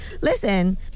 listen